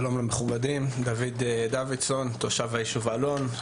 שלום למכובדים, אני תושב היישוב אלון.